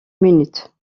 minutes